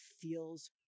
feels